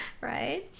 Right